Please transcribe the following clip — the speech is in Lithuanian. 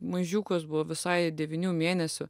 mažiukas buvo visai devynių mėnesių